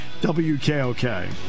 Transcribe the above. WKOK